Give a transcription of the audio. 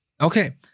Okay